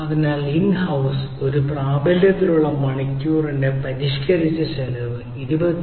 അതിനാൽ in house ഒരു plus പ്രാബല്യത്തിലുള്ള മണിക്കൂറിന് പരിഷ്കരിച്ച ചെലവ് 22